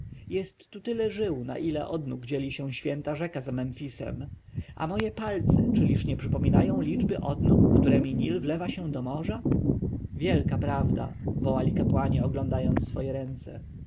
jest tu tyle żył na ile odnóg dzieli się święta rzeka za memfisem a moje palce czyliż nie przypominają liczby odnóg któremi nil wlewa się do morza wielka prawda wołali kapłani oglądając swoje ręce